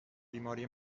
بیماری